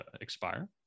expire